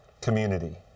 community